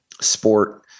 sport